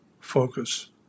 focus